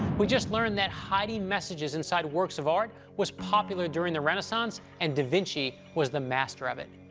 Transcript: we just learned that hiding messages inside works of art was popular during the renaissance and da vinci was the master of it.